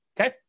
Okay